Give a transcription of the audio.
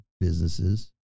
businesses